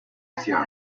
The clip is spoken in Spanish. acción